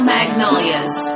Magnolias